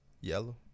yellow